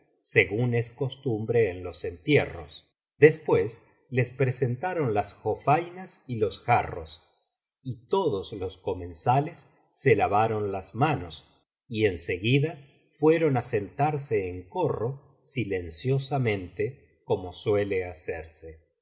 según es costumbre en los entierros después les presentaron las jofainas y los jarros y todos los comensales se lavaron las manos y en seguida fueron á sentarse en corro silenciosamente como suele hacerse